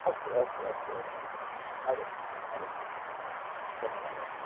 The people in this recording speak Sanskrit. अस्तु अस्तु अस्तु अस्तु आगच्छतु आगच्छतु हूं धन्यवादः